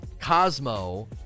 Cosmo